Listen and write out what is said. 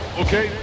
okay